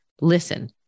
listen